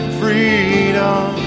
freedom